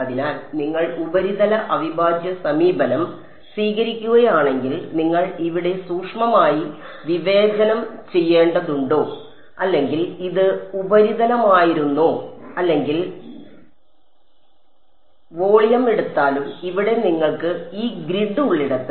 അതിനാൽ നിങ്ങൾ ഉപരിതല അവിഭാജ്യ സമീപനം സ്വീകരിക്കുകയാണെങ്കിൽ നിങ്ങൾ ഇവിടെ സൂക്ഷ്മമായി വിവേചനം ചെയ്യേണ്ടതുണ്ടോ അല്ലെങ്കിൽ ഇത് ഉപരിതലമായിരുന്നോ അല്ലെങ്കിൽ വോളിയം എടുത്താലും ഇവിടെ നിങ്ങൾക്ക് ഈ ഗ്രിഡ് ഉള്ളിടത്ത്